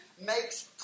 makes